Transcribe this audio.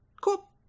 cool